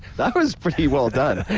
that was pretty well done.